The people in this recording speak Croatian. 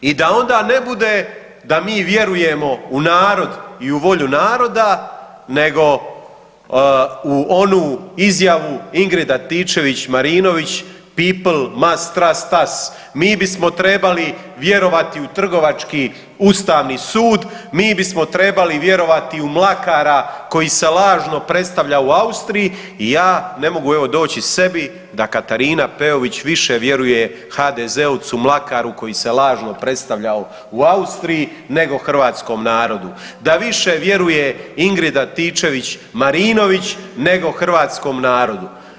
I da onda ne bude da mi vjerujemo u narod i u volju naroda, nego u onu izjavu Ingrid Antičević Marinović „pipl mast trast as“ mi bismo trebali vjerovati u trgovački Ustavni sud, mi bismo trebali vjerovati u Mlakara koji se lažno predstavlja u Austriji i ja ne mogu evo doći k sebi da Katarina Peović više vjeruje HDZ-ovcu Mlakaru koji se lažno predstavljao u Austriji nego hrvatskom narodu, da više vjeruje Ingrid Antičević Marinović nego hrvatskom narodu.